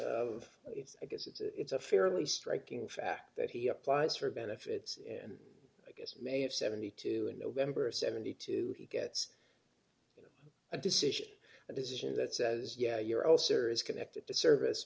of it's i guess it's a fairly striking fact that he applies for benefits and i guess may have seventy two in november of seventy two he gets a decision a decision that says yeah you're all serious connected to service